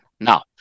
Now